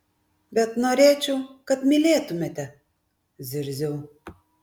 bet norėčiau kad mylėtumėte zirziau